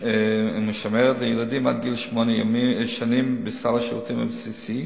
ומשמרת לילדים עד גיל שמונה שנים בסל השירותים הבסיסי,